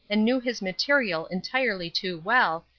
and knew his material entirely too well,